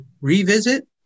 revisit